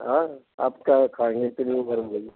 आएँ अब क्या खाएँगे इतनी उम्र हो गई